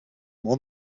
more